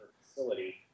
facility